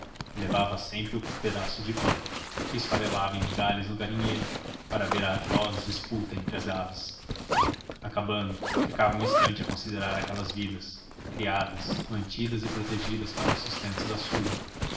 levava sempre o pedaço de pão que esfarelava em migalhas no galinheiro para ver a atroz disputa entre as aves acabando ficava um instante a considerar aquelas vidas criadas mantidas e protegidas para sustento da sua